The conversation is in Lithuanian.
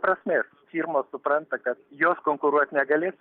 prasmės firmos supranta kad jos konkuruot negalės